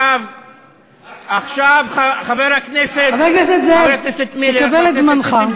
חבר הכנסת זאב, תקבל את זמנך.